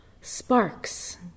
sparks